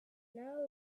now